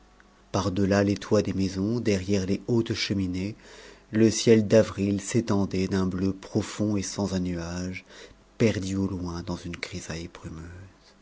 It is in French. par-delà les toits des maisons derrière les hautes cheminées le ciel d'avril s'étendait d'un bleu profond et sans un nuage perdu au loin dans une